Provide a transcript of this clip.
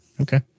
Okay